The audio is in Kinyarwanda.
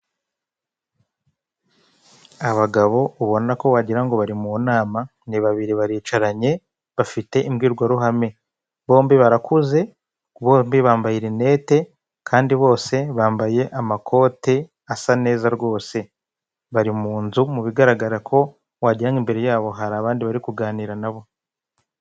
Abagabo ubona ko wagira ngo bari mu nama, ni babiri baricaranye bafite imbwirwaruhame. Bombi barakuze, bombi bambaye rinete kandi bose bambaye amakote asa neza rwose. Bari mu nzu mu bigaragara ko wagira ngo imbere yabo, hari abandi bari kuganira na bo.